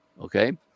Okay